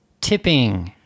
tipping